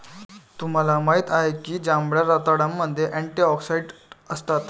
तुम्हाला माहित आहे का की जांभळ्या रताळ्यामध्ये अँटिऑक्सिडेंट असतात?